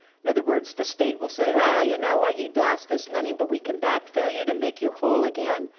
in other words, the state will say, well, you know what, you lost this money, but we can backfill you to make you whole again.